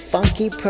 Funky